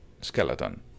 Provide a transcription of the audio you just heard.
Skeleton